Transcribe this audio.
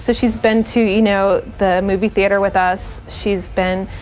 so she's been to, you know, the movie theater with us. she's been.